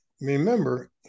remember